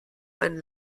einen